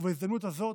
בהזדמנות הזאת,